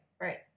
right